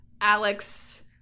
Alex